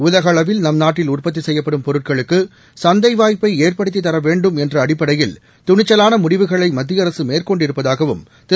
உலகளளவில் நம் நாட்டில் உற்பத்தி செய்யப்படும் பொருட்களுக்கு சந்தை வாய்ப்பை ஏற்படுத்தி தரவேண்டும் என்ற அடிப்படையில் துணிச்சலாள முடிவுகளை மத்திய திரு